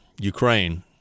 Ukraine